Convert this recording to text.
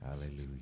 Hallelujah